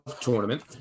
tournament